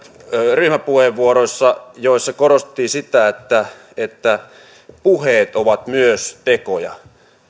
ryhmäpuheenvuoroissa joissa korostettiin sitä että että puheet ovat myös tekoja